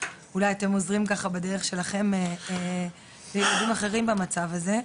אולי אתם עוזרים בדרך שלכם לילדים אחרים במצב הזה,